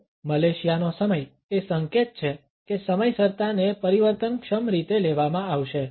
હવે મલેશિયાનો સમય એ સંકેત છે કે સમયસરતાને પરિવર્તનક્ષમ રીતે લેવામાં આવશે